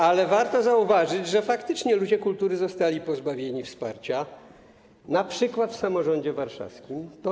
Ale warto zauważyć, że faktycznie ludzie kultury zostali pozbawieni wsparcia, np. w przypadku samorządu warszawskiego.